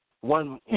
one